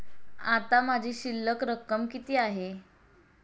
आता माझी शिल्लक रक्कम किती आहे?